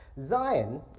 Zion